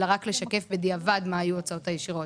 אלא רק לשקף בדיעבד מה היו ההוצאות הישירות.